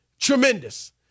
Tremendous